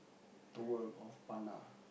the world of